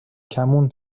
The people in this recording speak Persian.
کمون